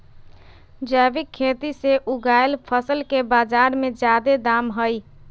जैविक खेती से उगायल फसल के बाजार में जादे दाम हई